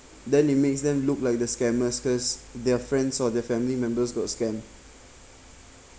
then it makes them look like the scammers cause their friends or their family members got scammed